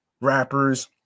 rappers